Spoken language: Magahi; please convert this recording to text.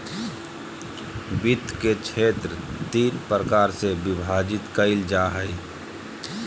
वित्त के क्षेत्र तीन प्रकार से विभाजित कइल जा हइ